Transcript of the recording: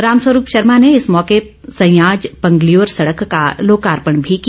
रामस्वरूप शर्मा ने इस मौके संयाज पंगल्यि्र सड़क का लोकार्पण भी किया